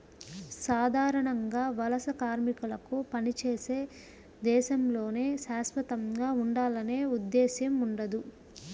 సాధారణంగా వలస కార్మికులకు పనిచేసే దేశంలోనే శాశ్వతంగా ఉండాలనే ఉద్దేశ్యం ఉండదు